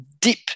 deep